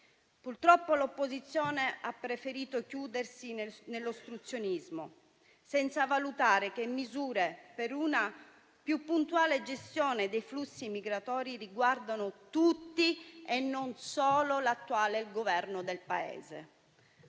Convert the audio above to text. avvenuto. L'opposizione ha preferito chiudersi nell'ostruzionismo, senza valutare che misure per una più puntuale gestione dei flussi migratori riguardano tutti e non solo l'attuale Governo del Paese.